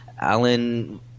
Alan